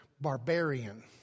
barbarian